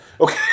Okay